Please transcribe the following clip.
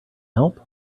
help